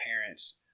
parents